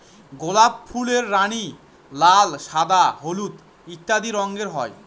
গোলাপ ফুলের রানী, লাল, সাদা, হলুদ ইত্যাদি রঙের হয়